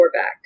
back